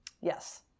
Yes